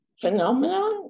phenomenon